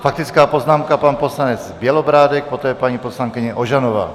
Faktická poznámka, pan poslanec Bělobrádek, poté paní poslankyně Ožanová.